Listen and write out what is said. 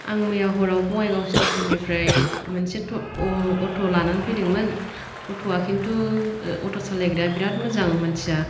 आं मैया हराव बङाइगाव स्टेसन निफ्राय मोनसे अट' लाना फैदोंमोन अट' आ खिन्थु ओ अट' सालायग्राया बिराद मोजां मानसिया